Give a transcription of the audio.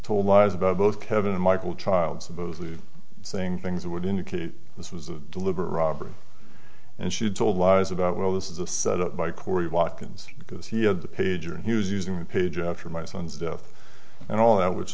told lies about both kevin and michael child supposedly saying things that would indicate this was a deliberate robbery and she told lies about well this is a set up by corey watkins because he had the pager and he was using the page after my son's death and all that which